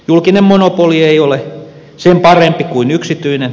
julkinen monopoli ei ole sen parempi kuin yksityinen